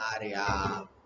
area